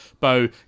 Bo